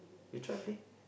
you try play